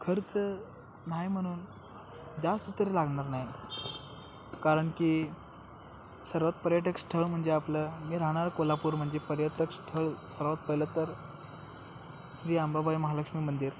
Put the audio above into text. खर्च नाही म्हणून जास्त तरी लागणार नाही कारण की सर्वात पर्यटकस्थळ म्हणजे आपलं मी राहणारं कोल्हापूर म्हणजे पर्यटकस्थळ सर्वात पहिलं तर श्री आंबाबाई महालक्ष्मी मंदिर